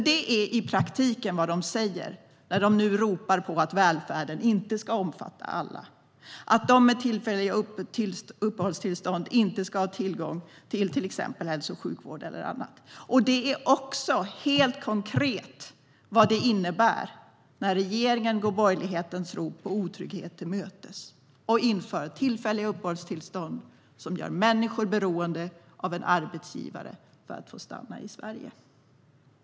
Det är i praktiken vad de säger när de nu ropar på att välfärden inte ska omfatta alla och att de med tillfälliga uppehållstillstånd till exempel inte ska ha tillgång till hälso och sjukvård eller annat. Det är också helt konkret vad det innebär när regeringen går borgerlighetens rop på otrygghet till mötes och inför tillfälliga uppehållstillstånd som gör människor beroende av en arbetsgivare för att få stanna i Sverige.